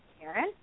Karen